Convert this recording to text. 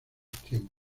tiempos